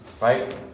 right